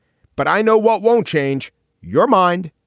but i know what won't change your mind,